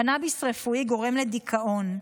קנביס רפואי גורם לדיכאון.